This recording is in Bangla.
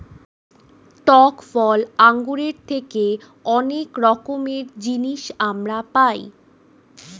টক ফল আঙ্গুরের থেকে অনেক রকমের জিনিস আমরা পাই